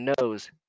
knows